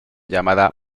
llamada